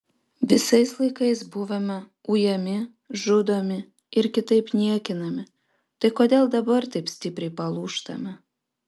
visais laikais buvome ujami žudomi ir kitaip niekinami tai kodėl dabar taip stipriai palūžtame